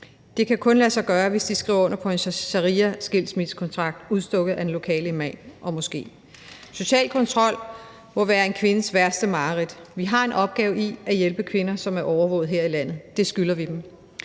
Det kan kun lade sig gøre, hvis de skriver under på en shariaskilsmissekontrakt udstukket af den lokale imam og moské. Social kontrol må være en kvindes værste mareridt. Vi har en opgave i at hjælpe kvinder, som er overvåget, her i landet. Det skylder vi dem.